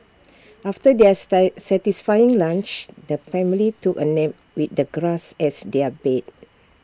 after their style satisfying lunch the family took A nap with the grass as their bed